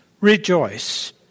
Rejoice